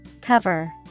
Cover